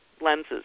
lenses